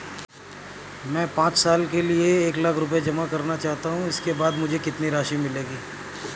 मैं पाँच साल के लिए एक लाख रूपए जमा करना चाहता हूँ इसके बाद मुझे कितनी राशि मिलेगी?